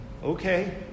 Okay